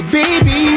baby